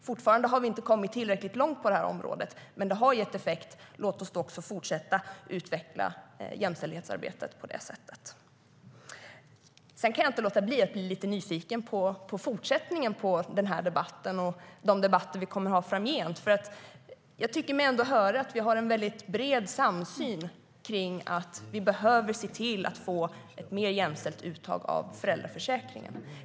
Fortfarande har vi inte kommit tillräckligt långt på det här området, men eftersom det har gett effekt, låt oss fortsätta att utveckla jämställdhetsarbetet på det sättet. Sedan kan jag inte låta bli att bli lite nyfiken på fortsättningen av den här debatten och de debatter som vi kommer att ha framgent. Jag tycker mig ändå höra att vi har en väldigt bred samsyn om att vi behöver se till att få ett mer jämställt uttag av föräldraförsäkringen.